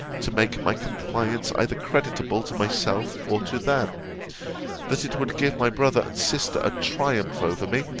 to make my compliance either creditable to myself or to them that it would give my brother and sister a triumph over me,